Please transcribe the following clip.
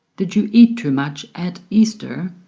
did you eat too much at easter?